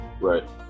Right